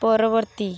ପରବର୍ତ୍ତୀ